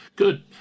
Good